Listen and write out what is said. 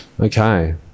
Okay